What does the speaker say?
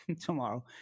tomorrow